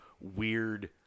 weird